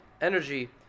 energy